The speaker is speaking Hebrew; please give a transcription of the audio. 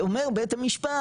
אומר בית המשפט,